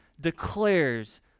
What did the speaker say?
declares